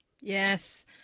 Yes